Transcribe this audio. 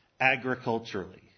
agriculturally